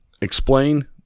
explain